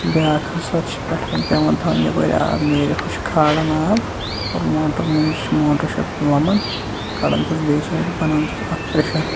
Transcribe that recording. بیاکھ ہسا چھِ پٮ۪ٹھٕ کَنۍ پیوان تھاؤنۍ یَپٲر آب نیرِ ہُہ چھُ کھاڑَن آب اور موٹر مٔنزۍ چھِ موٹر چھِ اَتھ لَمان کَڑان چھِس بیٚیِس سایڈٕ بَناوان چھِس اکھ پریشر